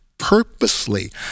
purposely